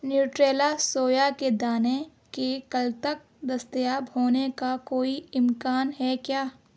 Nutrela soya کے دانے کے کل تک دستیاب ہونے کا کوئی امکان ہے کیا